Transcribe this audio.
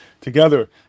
together